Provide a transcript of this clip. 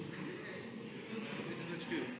Hvala